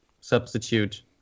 substitute